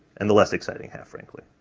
and the less exciting half, frankly.